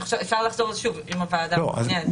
אפשר לחזור לזה שוב, אם הוועדה מעוניינת.